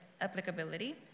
Applicability